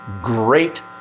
great